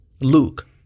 Luke